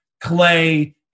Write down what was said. Clay